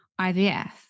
IVF